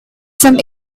some